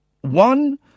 One